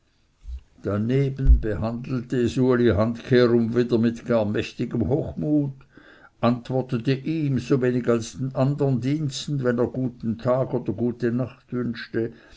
daneben behandelte es uli handkehrum wieder mit gar mächtigem hochmut antwortete ihm so wenig als den andern diensten wenn er guten tag oder gute nacht wünschte